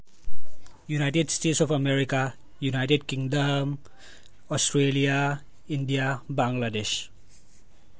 united States of America United Kingdom Australia India Bangladesh